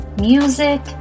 music